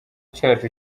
cyacu